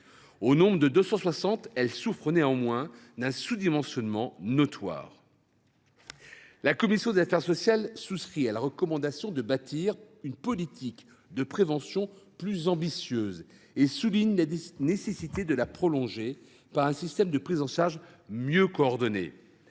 Au nombre de 260, ces structures souffrent néanmoins d’un sous dimensionnement notoire. La commission des affaires sociales souscrit à la recommandation de bâtir une politique de prévention plus ambitieuse et souligne la nécessité de la prolonger par un système de prise en charge mieux coordonné.